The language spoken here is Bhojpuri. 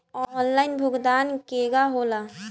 आनलाइन भुगतान केगा होला?